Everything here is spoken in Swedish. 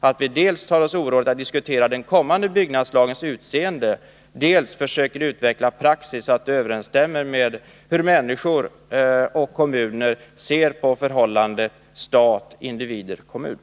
Vi tar oss alltså orådet att dels diskutera den kommande byggnadslagens utseende, dels försöka utveckla nuvarande praxis så, att den överensstämmer med hur människor och kommuner ser på förhållandet stat-individer-kommuner.